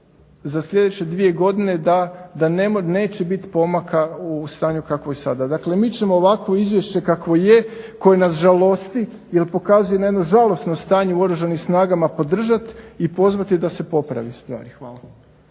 za sljedeće 2 godine da neće bit pomaka u stanju kakvo je sada. Dakle, mi ćemo ovakvo izvješće kakvo je, koje nas žalosti jer pokazuje na jedno žalosno stanje u Oružanim snagama, podržati i pozvati da se popravi stanje. Hvala.